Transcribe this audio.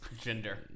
gender